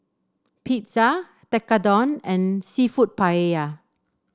Pizza Tekkadon and seafood Paella